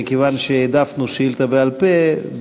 מכיוון שהעדפנו שאילתה בעל-פה,